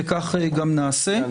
וכך גם נעשה.